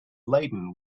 laden